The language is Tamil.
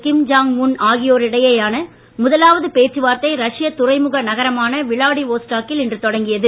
கிம் ஜாங் உன் ஆகியோரிடையேயான முதலாவது பேச்சுவார்த்தை ரஷ்ய துறைமுக நகரமான விளாடிவோஸ்டோக்கில் இன்று தொடங்கியது